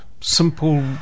simple